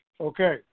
Okay